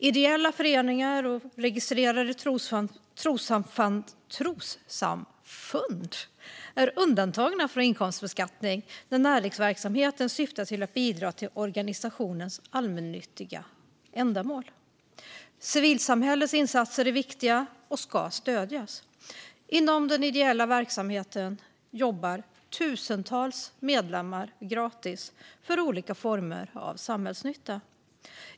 Ideella föreningar och registrerade trossamfund är undantagna från inkomstbeskattning när näringsverksamheten syftar till att bidra till organisationens allmännyttiga ändamål. Civilsamhällets insatser är viktiga och ska stödjas. Inom den ideella verksamheten jobbar tusentals medlemmar gratis för olika former av samhällsnytta.